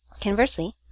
Conversely